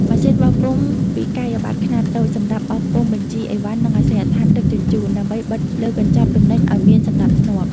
ម៉ាស៊ីនបោះពុម្ពវិក្កយបត្រខ្នាតតូច សម្រាប់បោះពុម្ពបញ្ជីអីវ៉ាន់ និងអាសយដ្ឋានដឹកជញ្ជូន ដើម្បីបិទលើកញ្ចប់ទំនិញឱ្យមានសណ្ដាប់ធ្នាប់។